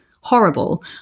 horrible